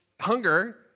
hunger